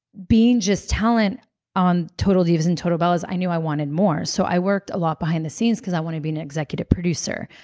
being just talent on total divas and total bellas, i knew i wanted more so i worked a lot behind the scenes because i want to be an executive producer.